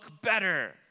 better